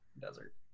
desert